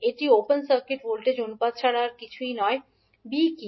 একটি open circuit voltage অনুপাত ছাড়া কিছুই নয় b কী